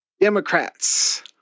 Democrats